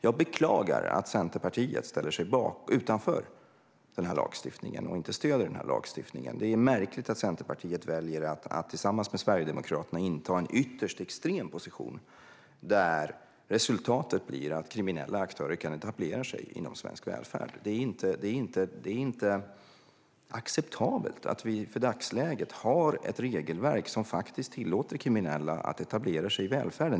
Jag beklagar att Centerpartiet ställer sig utanför den här lagstiftningen och inte stöder den. Det är märkligt att Centerpartiet väljer att tillsammans med Sverigedemokraterna inta en ytterst extrem position som ger resultatet att kriminella aktörer kan etablera sig inom svensk välfärd. Det är inte acceptabelt att vi i dagsläget har ett regelverk som faktiskt tillåter kriminella att etablera sig i välfärden.